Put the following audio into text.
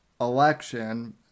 election